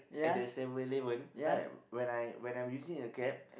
at the Seven-Eleven right when I when I'm using the gap